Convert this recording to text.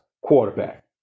quarterback